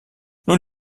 nun